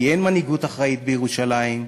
כי אין מנהיגות אחראית בירושלים,